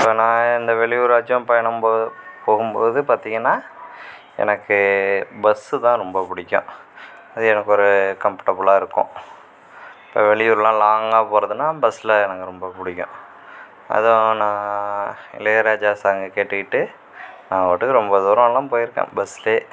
இப்போ நான் எந்த வெளியூராச்சும் பயணம் போ போகும் போது பார்த்தீங்கன்னா எனக்கு பஸ் தான் ரொம்ப பிடிக்கும் அது எனக்கு ஒரு கம்ஃபர்டபுல்லாக இருக்கும் இப்போ வெளியூர்லாம் லாங்காக போகிறதுன்னா பஸ்ஸில் எனக்கு ரொம்ப பிடிக்கும் அதுவும் நான் இளையராஜா சாங்கை கேட்டுக்கிட்டு நான் பாட்டுக்கு ரொம்ப தூரம்லாம் போயிருக்கேன் பஸ்ஸுலேயே